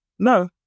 No